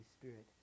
Spirit